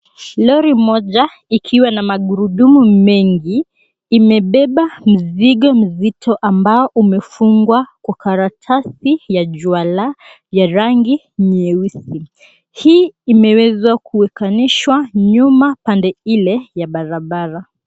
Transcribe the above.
Lori moja likiwa na maghurudumu mengi limebeba mzigo mzito ambao umefungwa kwa karatasi ya juala ya rangi nyeusi. Hii imeweza kuekanishwa nyuma pande ile ya barabara.